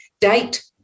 date